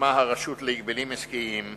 משמע הרשות להגבלים עסקיים,